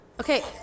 Okay